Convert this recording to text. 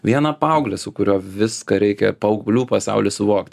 vieną paauglį su kuriuo viską reikia paauglių pasaulį suvokt